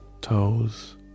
toes